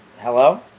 hello